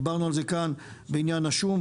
דיברנו על זה כאן בעניין השום,